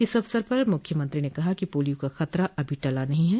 इस अवसर पर मुख्यमंत्री ने कहा कि पोलियो का खतरा अभी टला नहीं है